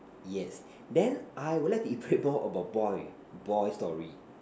yes then I will like to elaborate more about boy boy story